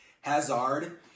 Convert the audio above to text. Hazard